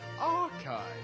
Archive